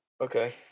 Okay